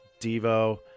Devo